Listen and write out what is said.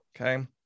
Okay